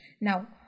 Now